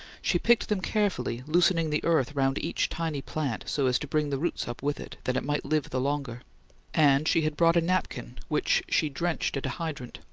she picked them carefully, loosening the earth round each tiny plant, so as to bring the roots up with it, that it might live the longer and she had brought a napkin, which she drenched at a hydrant,